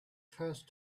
first